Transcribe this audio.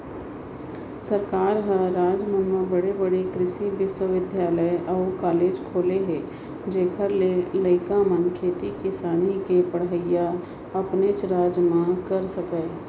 सरकार ह राज मन म बड़े बड़े कृसि बिस्वबिद्यालय अउ कॉलेज खोले हे जेखर ले लइका मन खेती किसानी के पड़हई अपनेच राज म कर सकय